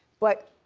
but